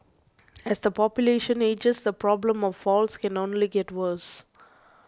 as the population ages the problem of falls can only get worse